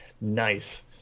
Nice